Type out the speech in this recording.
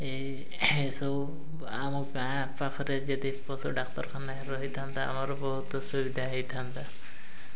ଏଇ ଏସବୁ ଆମ ଗାଁ ପାଖରେ ଯଦି ପଶୁ ଡ଼ାକ୍ତରଖାନାରେ ରହିଥାନ୍ତା ଆମର ବହୁତ ସୁବିଧା ହେଇଥାନ୍ତା